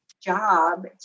job